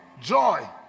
joy